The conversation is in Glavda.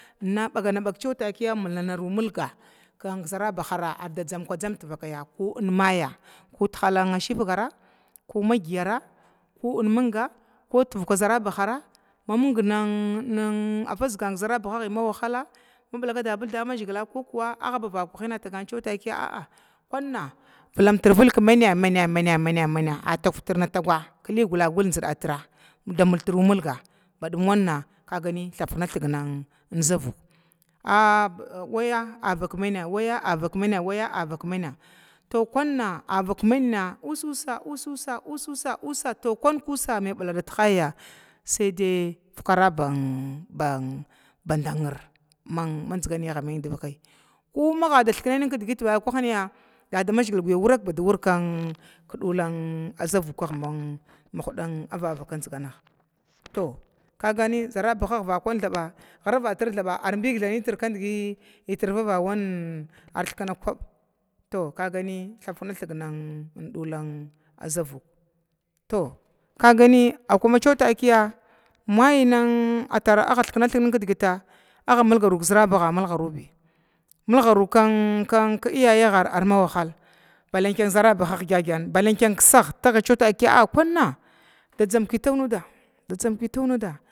Baganaru baga takiya nmilgaru milga dzarabahara arda dzamku dzamga tivakaya aimaya ko tihala shiggara ko enmiga ko tivaha varavara mamignin nin zerabahaga ma wahala vilaka vigl dadamazgila atagan ciwa a'a kwuna enviltir vilga ki maina maina maina a tugtirna tuga ma gulagulnina ma gying gin zinda tra badum wana thavkina thg dzavuk aawana aawana avakmina to avakmina takiya uusa uusa ussa maidagal dagala tihayaiya fikara ban dangir, kuma ghada thkne nin digit vakhahya dadamazgila da wurka badwurg dula zavuka mhdan vavaka zingana, kagani zarabaha vakwanina thaba zeravatir thaba arbur bakaki auwan arthkna nin kubna dula zavuwa, to kagani amayace takiya majnin a thara thiknathg nin kidgita amulgani zeraba a mulgaru bi kin iyayagi anahala balle zerabaha balle kisaga kunna da dzanku taunuda da dzamku tsumda